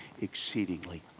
exceedingly